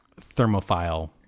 thermophile